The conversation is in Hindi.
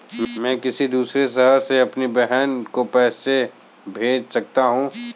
मैं किसी दूसरे शहर से अपनी बहन को पैसे कैसे भेज सकता हूँ?